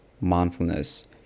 mindfulness